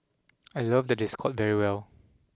I love that they scored very well